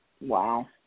Wow